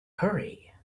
hurry